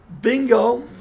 Bingo